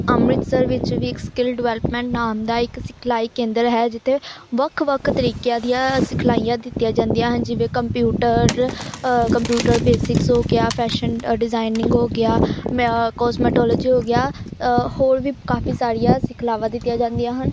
ਅੰਮ੍ਰਿਤਸਰ ਵਿੱਚ ਵੀ ਇੱਕ ਸਕਿੱਲ ਡਿਵੈਲਪਮੈਂਟ ਨਾਮ ਦਾ ਇੱਕ ਸਿਖਲਾਈ ਕੇਂਦਰ ਹੈ ਜਿੱਥੇ ਵੱਖ ਵੱਖ ਤਰੀਕਿਆਂ ਦੀਆਂ ਸਿਖਲਾਈਆਂ ਦਿੱਤੀਆਂ ਜਾਂਦੀਆਂ ਹਨ ਜਿਵੇਂ ਕੰਪਿਊਟਰ ਕੰਪਿਊਟਰ ਬੇਸਿਕਸ ਹੋ ਗਿਆ ਫੈਸ਼ਨ ਅ ਡਿਜ਼ਾਇਨਿੰਗ ਹੋ ਗਿਆ ਮੈ ਕੋਸ ਮੈਂਟੋਲੋਜੀ ਹੋ ਗਿਆ ਹੋਰ ਵੀ ਕਾਫੀ ਸਾਰੀਆਂ ਸਿਖਲਾਵਾਂ ਦਿੱਤੀਆਂ ਜਾਂਦੀਆਂ ਹਨ